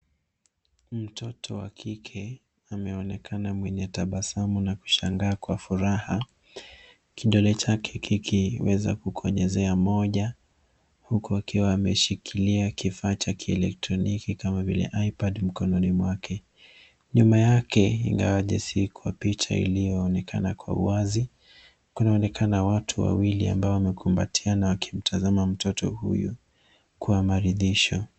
Mtoto wa kike ameonekana mwenye tabasamu na kushangaa kwa furaha kidole chake kikiweza kukonyezea moja huku akiwa ameshikilia kifaa cha kielektroniki kama vile iPad mkononi mwake. Nyuma yake ingawaje si kwa picha iliyoonekana kwa uwazi, kunaonekana watu wawili ambao wamekumbatiana wakimtazama mtoto huyu kwa maridhisho.